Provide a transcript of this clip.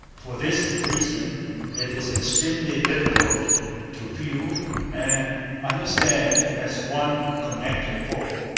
for this reason it is extremely difficult to view and understand as one connected whole.